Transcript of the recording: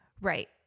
right